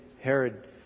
Herod